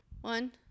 One